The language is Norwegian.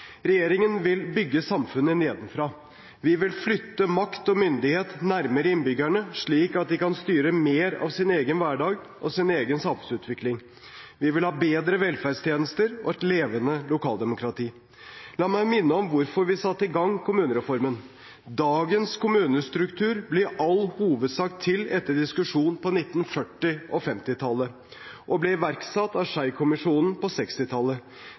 Regjeringen vil bygge samfunnet nedenfra. Vi vil flytte makt og myndighet nærmere innbyggerne, slik at de kan styre mer av sin egen hverdag og sin egen samfunnsutvikling. Vi vil ha bedre velferdstjenester og et levende lokaldemokrati. La meg minne om hvorfor vi satte i gang kommunereformen: Dagens kommunestruktur ble i all hovedsak til etter diskusjoner på 1940- og 1950-tallet, og ble iverksatt av Schei-kommisjonen på